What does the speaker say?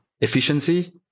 efficiency